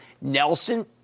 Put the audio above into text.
Nelson